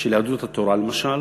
של יהדות התורה למשל,